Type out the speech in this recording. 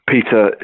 peter